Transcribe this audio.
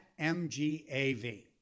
MGAV